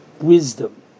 wisdom